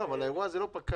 אבל האירוע הזה לא פקע